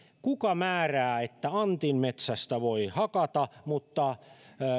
kuka määrää että antin metsästä voi hakata mutta